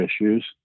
issues